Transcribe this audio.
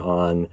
on